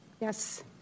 Yes